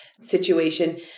situation